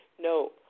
No